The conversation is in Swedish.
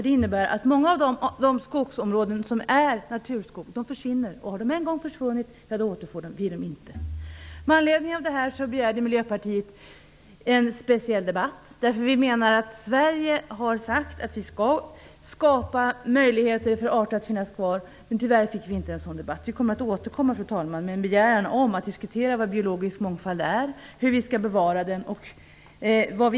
Det innebär att många av de skogsområden som består av naturskog försvinner. Har de en gång försvunnit återfår vi dem inte. Miljöpartiet har, med anledning av detta, begärt att riksdagen skulle anordna en speciell debatt. Vi har sagt att vi skall skapa möjligheter för arter i Sverige att finnas kvar. Tyvärr fick vi inte ens en sådan debatt. Fru talman! Vi kommer att återkomma med en begäran om att vi skall diskutera vad biologisk mångfald är och hur vi skall bevara den.